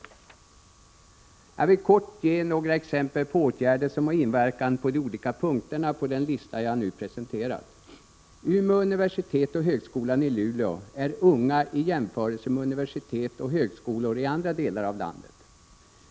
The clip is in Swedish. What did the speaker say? Jag vill kort ge några exempel på åtgärder som har inverkan på de olika punkterna på den lista jag nu presenterat. Umeå universitet och högskolan i Luleå är unga i jämförelse med universitet och högskolor i andra delar av landet.